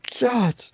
God